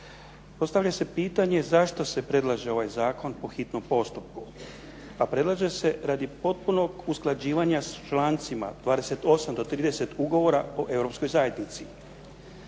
Postavlja se pitanje zašto se predlaže ovaj zakon po hitnom postupku a predlaže se radi potpuno usklađivanja s člancima 28. do 30. Ugovora o Europskoj zajednici.